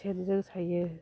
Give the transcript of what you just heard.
सेनजों सायो